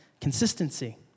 consistency